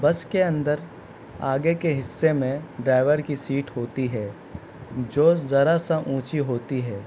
بس کے اندر آگے کے حصے میں ڈرائیور کی سیٹ ہوتی ہے جو ذرا سا اونچی ہوتی ہے